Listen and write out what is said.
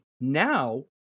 now